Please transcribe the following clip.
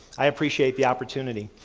i appreciate the opportunity.